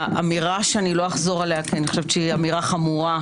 האמירה שאני לא אחזור עליה כי אני חושבת שהיא אמירה חמורה,